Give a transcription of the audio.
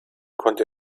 konnte